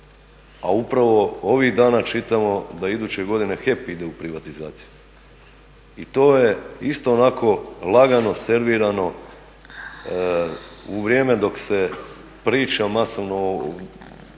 A upravo ovih dana čitamo da iduće godine HEP ide u privatizaciju. I to je isto onako lagano servirano u vrijeme dok se priča masovno u svim